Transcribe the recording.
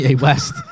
West